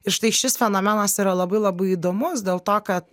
ir štai šis fenomenas yra labai labai įdomus dėl to kad